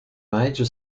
major